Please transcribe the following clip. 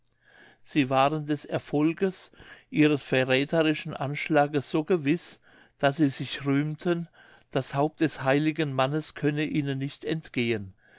sie waren des erfolges ihres verrätherischen anschlages so gewiß daß sie sich rühmten das haupt des heiligen mannes könne ihnen nicht entgehen